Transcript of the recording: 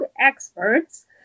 experts